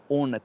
on